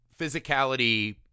physicality